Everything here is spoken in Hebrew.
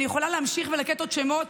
אני יכולה להמשיך ולתת עוד שמות,